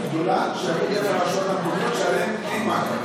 שמגיעים לרשויות המקומיות ועליהם אין מעקב.